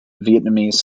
vietnamese